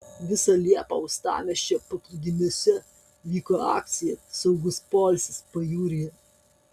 visą liepą uostamiesčio paplūdimiuose vyko akcija saugus poilsis pajūryje